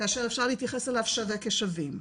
כאשר אפשר להתייחס אליו שווה בין שווים.